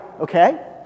okay